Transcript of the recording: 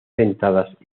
dentadas